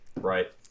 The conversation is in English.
right